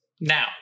now